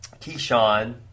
Keyshawn